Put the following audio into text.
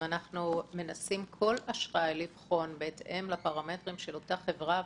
מנסים כל אשראי לבחון בהתאם לפרמטרים של אותה חברה,